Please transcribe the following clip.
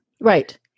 Right